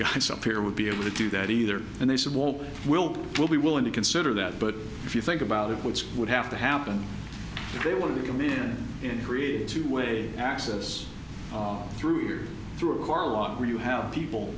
guys up here would be able to do that either and they said well we'll we'll be willing to consider that but if you think about it what's would have to happen if they wanted to come in and create two way access through through our lot where you have people